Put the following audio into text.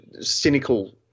cynical